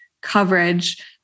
coverage